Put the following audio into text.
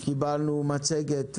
קיבלנו מצגת ודיווח,